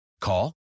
Call